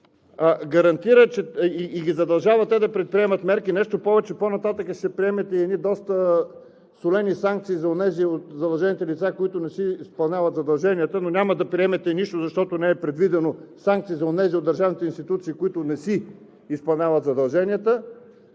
държавата, и ги задължава те да предприемат мерки. Нещо повече, по-нататък ще приемете едни доста солени санкции за онези от задължените лица, които не си изпълняват задълженията, но няма да приемете нищо, защото не са предвидени санкции за онези от държавните институции, които не си изпълняват задълженията.